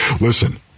Listen